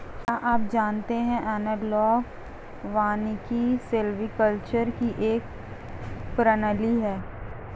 क्या आप जानते है एनालॉग वानिकी सिल्वीकल्चर की एक प्रणाली है